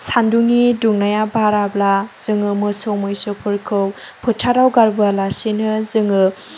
सान्दुंनि दुंनाया बाराब्ला जोङो मोसौ मैसोफोरखौ फोथाराव गारबोआलासिनो जोङो